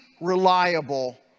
reliable